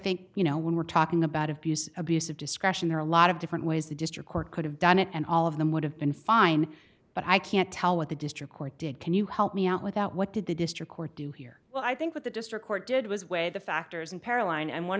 think you know when we're talking about abuse abuse of discretion there are a lot of different ways the district court could have done it and all of them would have been fine but i can't tell what the district court did can you help me out with that what did the district court do here well i think what the district court did was weigh the factors imperiling and one